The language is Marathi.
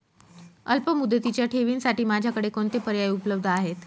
अल्पमुदतीच्या ठेवींसाठी माझ्याकडे कोणते पर्याय उपलब्ध आहेत?